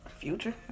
Future